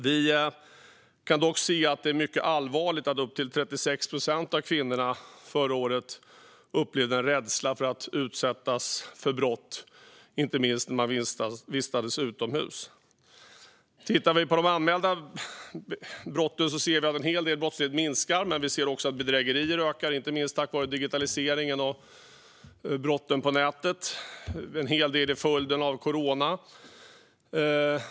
Vi kan dock se det mycket allvarliga att upp till 36 procent av kvinnorna förra året upplevde en rädsla att utsättas för brott, inte minst när de vistades utomhus. Tittar vi på anmälda brott ser vi att en hel del brottslighet minskar men att bedrägerier ökar, inte minst tack vare digitaliseringen och brotten på nätet. En hel del sker i följden av corona.